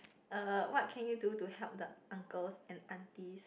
err what can you do to help the uncles and aunties